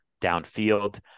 downfield